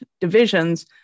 divisions